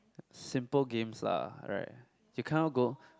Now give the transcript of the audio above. simple games lah right you cannot go